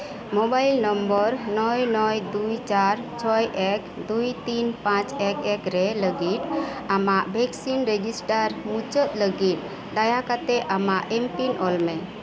mobile number ᱱᱚᱭ ᱱᱚᱭ ᱫᱩᱭ ᱪᱟᱨ ᱪᱷᱚᱭ ᱮᱠ ᱫᱩᱭ ᱛᱤᱱ ᱯᱟᱸᱪ ᱮᱠ ᱮᱠ ᱨᱮ ᱞᱟᱹᱜᱤᱫ ᱟᱢᱟᱜ ᱵᱷᱮᱠᱥᱤᱱ ᱨᱮᱡᱤᱥᱴᱟᱨ ᱢᱩᱪᱟᱹᱫ ᱞᱟᱹᱜᱤᱫ ᱫᱟᱭᱟ ᱠᱟᱛᱮᱫ ᱟᱢᱟᱜ ᱮᱢᱯᱤᱱ ᱚᱞᱢᱮ